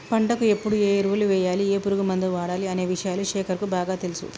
పంటకు ఎప్పుడు ఏ ఎరువులు వేయాలి ఏ పురుగు మందు వాడాలి అనే విషయాలు శేఖర్ కు బాగా తెలుసు